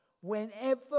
whenever